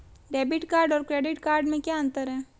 Debit card और credit card में क्या अंतर है?